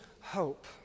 hope